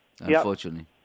unfortunately